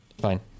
Fine